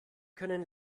können